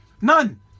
None